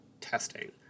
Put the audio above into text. testing